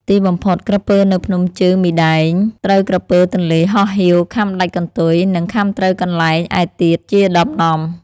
ទីបំផុត ក្រពើនៅភ្នំជើងមីដែង ត្រូវក្រពើទន្លេហោះហៀវខាំដាច់កន្ទុយ និង ខាំត្រូវកន្លែងឯទៀតជាដំណំ ។